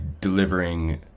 delivering